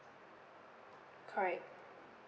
correct